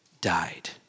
died